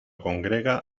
congrega